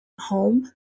home